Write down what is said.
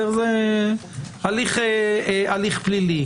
זה הליך פלילי,